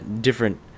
different